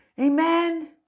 Amen